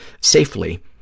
safely